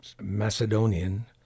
Macedonian